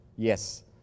Yes